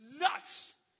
nuts